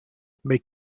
may